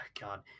God